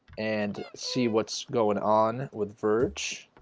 and see what's going on with verge?